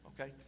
okay